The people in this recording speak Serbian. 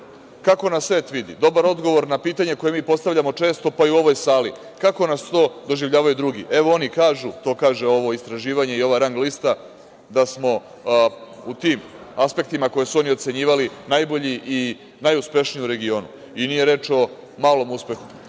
kako nas svet vidi, dobar odgovor na pitanje koje mi postavljamo često pa i u ovoj sali – kako nas to doživljavaju drugi. Evo, oni kažu, to kaže ovo istraživanje i ova rang lista, da smo u tim aspektima koje su oni ocenjivali najbolji i najuspešniji u regionu. I nije reč o malom uspehu.